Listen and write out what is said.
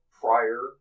prior